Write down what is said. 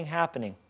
happening